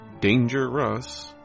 Dangerous